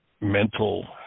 mental